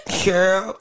girl